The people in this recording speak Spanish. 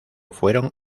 fueron